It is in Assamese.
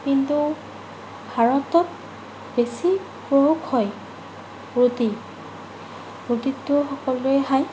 কিন্তু ভাৰতত বেছি প্ৰয়োগ হয় ৰুটি ৰুটিটো সকলোৱে খায়